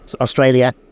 Australia